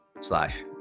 slash